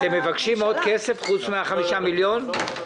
אתם מבקשים עוד כסף פרט ל-5 מיליון שקלים?